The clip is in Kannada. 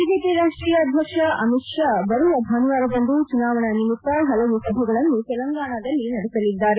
ಬಿಜೆಪಿ ರಾಷ್ಟೀಯ ಅಧ್ಯಕ್ಷ ಅಮಿತ್ ಶಾ ಬರುವ ಭಾನುವಾರದಂದು ಚುನಾವಣಾ ನಿಮಿತ್ತ ಹಲವು ಸಭೆಗಳನ್ನು ತೆಲಂಗಾಣದಲ್ಲಿ ನಡೆಸಲಿದ್ದಾರೆ